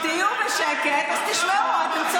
נא להיות בשקט כדי לשמוע.